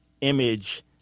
image